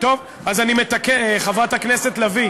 אני מזכירה לכם,